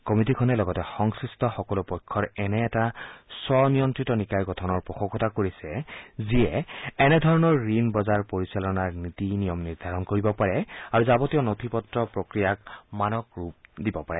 কমিটীখনে লগতে সংশ্লিষ্ট সকলো পক্ষৰ এনে এটা স্বনিয়ন্ত্ৰিত নিকায় গঠনৰ পোষকতা কৰিছে যিয়ে এনেধৰণৰ ঋণ বজাৰ পৰিচালনাৰ নীতি নিয়ম নিৰ্ধাৰণ কৰিব পাৰে আৰু যাৱতীয় নথি পত্ৰ প্ৰক্ৰিয়াক মানক ৰূপ দিব পাৰে